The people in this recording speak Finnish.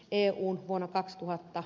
euhun vuonna kaksituhatta